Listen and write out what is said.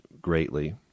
greatly